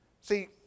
See